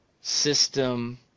system